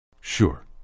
Sure